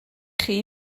chi